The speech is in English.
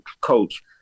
coach